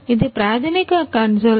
ఇది ప్రాథమిక కన్సోల్